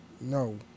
no